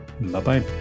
Bye-bye